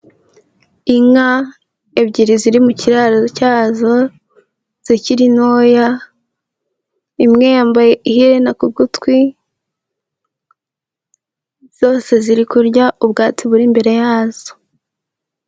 Inka ebyiri ziri mu kiraro cyazo zikiri ntoya, imwe yambaye iherena ku gutwi, zose ziri kurya ubwatsi buri imbere yazo.